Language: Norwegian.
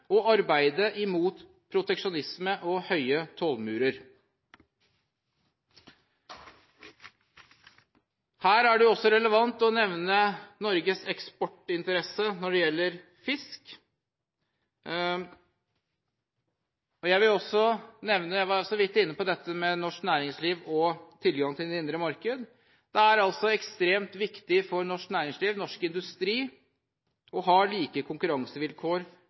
arbeide imot proteksjonisme og høye tollmurer. Her er det også relevant å nevne Norges eksportinteresse når det gjelder fisk. Jeg vil også nevne – jeg var jo så vidt inne på det – dette med norsk næringsliv og tilgang til det indre marked. Det er altså ekstremt viktig for norsk næringsliv, norsk industri, å ha like konkurransevilkår